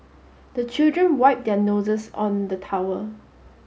the children wipe their noses on the towel